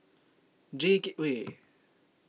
J Gateway